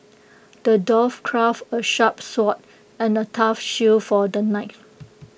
the dwarf crafted A sharp sword and A tough shield for the knight